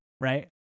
right